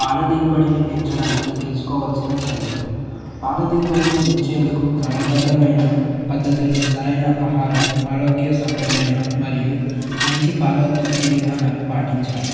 పాల దిగుబడిని పెంచడానికి తీసుకోవాల్సిన చర్యలు పాల దిగుబడిని పెంచేందుకు క్రమబద్ధమైన పద్ధతులు సరైన ఆహారం ఆరోగ్య సంరక్షణ మరియు మంచి పాల ఉత్పత్తి విధానాలు పాటించాలి